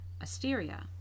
Asteria